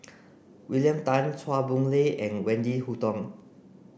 William Tan Chua Boon Lay and Wendy Hutton